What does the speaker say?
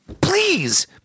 Please